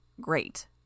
Great